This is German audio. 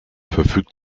verfügt